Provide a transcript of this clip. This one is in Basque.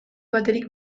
batetik